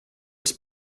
its